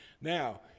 Now